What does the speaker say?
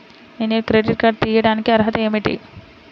నేను credit card తీయడానికి అర్హత ఏమిటి?